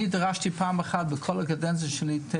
אני דרשתי פעם אחת בכל הקדנציה שלי 9